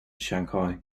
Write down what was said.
shanghai